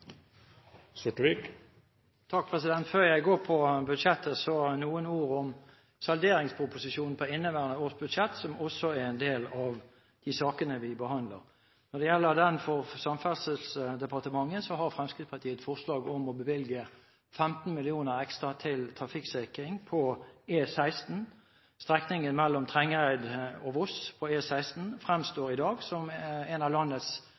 Før jeg går over på budsjettet, vil jeg si noen ord om salderingsproposisjonen for inneværende års budsjett, som også er en del av de sakene vi behandler. Når det gjelder den for Samferdselsdepartementet, har Fremskrittspartiet et forslag om å bevilge 15 mill. kr ekstra til trafikksikring på E16. Strekningen mellom Trengereid og Voss på E16 fremstår i dag som en av landets